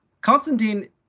Constantine